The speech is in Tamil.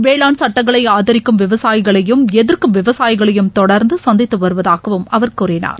வேளாண் சட்டங்களை ஆதரிக்கும் விவசாயிகளையும் எதிர்க்கும் விவசாயிகளையும் தொடர்ந்து சந்தித்து வருவதாகவும் அவர் கூறினார்